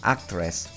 Actress